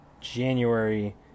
January